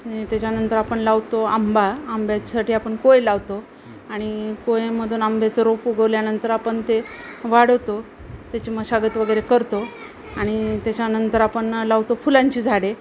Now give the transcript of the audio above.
आणि त्याच्यानंतर आपण लावतो आंबा आंब्याच्यासाठी आपण कोय लावतो आणि कोयेमधून आंब्याचं रोप उगवल्यानंतर आपण ते वाढवतो त्याची मशागत वगैरे करतो आणि त्याच्यानंतर आपण लावतो फुलांची झाडे